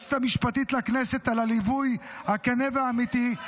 וליועצת המשפטית לכנסת על הליווי הכן והאמיתי.